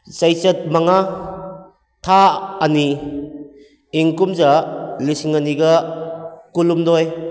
ꯆꯩꯆꯠ ꯃꯉꯥ ꯊꯥ ꯑꯅꯤ ꯏꯪ ꯀꯨꯝꯖꯥ ꯂꯤꯁꯡ ꯑꯅꯤꯒ ꯀꯨꯜꯍꯝꯗꯣꯏ